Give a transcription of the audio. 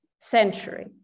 century